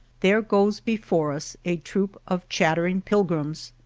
there goes before us a troop of chattering pilgrims,